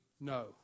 no